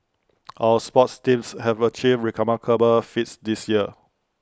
our sports teams have achieved remarkable feats this year